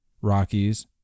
Rockies